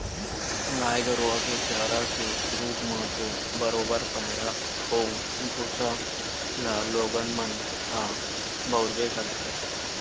गाय गरुवा के चारा के रुप म तो बरोबर पैरा अउ भुसा ल लोगन मन ह बउरबे करथे